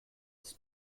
des